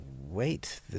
wait